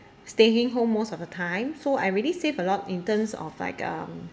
staying home most of the time so I really save a lot in terms of like um